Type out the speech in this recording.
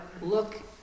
look